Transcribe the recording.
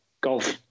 golf